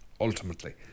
ultimately